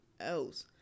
else